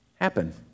happen